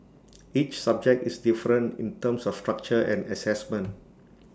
each subject is different in terms of structure and Assessment